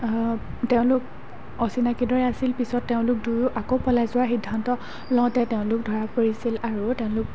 তেওঁলোক অচিনাকি দৰে আছিল পিছত তেওঁলোক দুয়ো আকৌ পলাই যোৱাৰ সিদ্ধান্ত লওঁতে তেওঁলোক ধৰা পৰিছিল আৰু তেওঁলোক